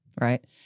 Right